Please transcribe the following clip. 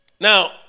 Now